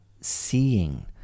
seeing